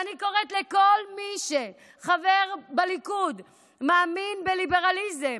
ואני קוראת לכל מי שחבר בליכוד ומאמין בליברליזם: